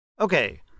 Okay